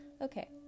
Okay